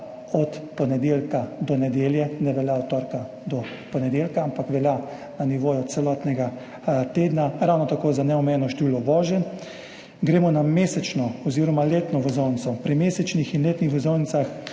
od ponedeljka do nedelje, ne velja od torka do ponedeljka, ampak velja na nivoju celotnega tedna, ravno tako za neomejeno število voženj. Gremo na mesečno oziroma letno vozovnico. Pri mesečnih in letnih vozovnicah